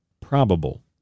probable